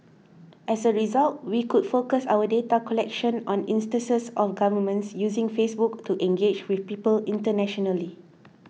as a result we could focus our data collection on instances of governments using Facebook to engage with people internationally